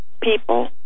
people